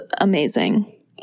amazing